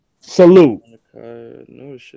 Salute